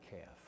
calf